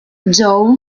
joe